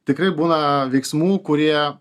tikrai būna veiksmų kurie